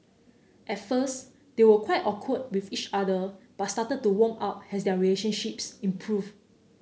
at first they were quite awkward with each other but started to warm up as their relationships improved